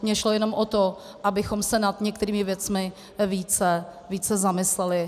Mně šlo jenom o to, abychom se nad některými věcmi více zamysleli.